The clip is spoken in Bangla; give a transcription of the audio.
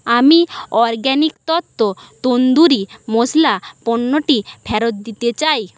আমি অরগ্যাানিক তত্ত্ব তন্দুরি মশলা পণ্যটি ফেরত দিতে চাই